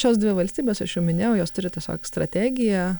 šios dvi valstybės aš jau minėjau jos turi tiesiog strategiją